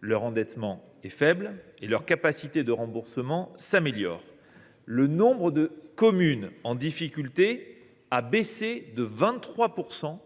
Leur endettement est faible et leurs capacités de remboursement s’améliorent. Et le nombre de communes en difficulté a baissé de 23 %